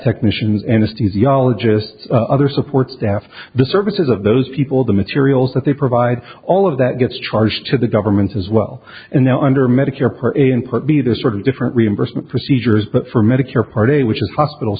technicians and esteems the ologists other support staff the services of those people the materials that they provide all of that gets charged to the government as well and now under medicare part a and part be the sort of different reimbursement procedures but for medicare part a which is hospital